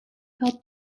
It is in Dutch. helpt